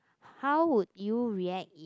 how would you react if